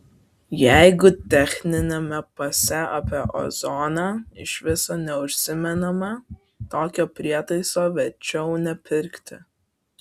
jeigu techniniame pase apie ozoną iš viso neužsimenama tokio prietaiso verčiau nepirkti